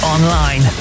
Online